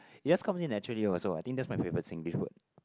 it just comes in naturally also I think that's my favourite Singlish word